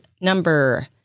number